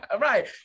Right